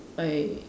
I